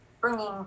bringing